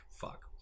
fuck